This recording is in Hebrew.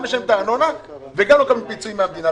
גם משלמים ארנונה ולא מקבלים פיצוי מהמדינה.